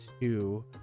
two